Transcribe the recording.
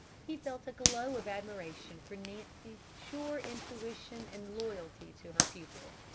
he felt a glow of admiration for nancy's sure intuition and loyalty to her pupil.